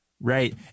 Right